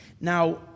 Now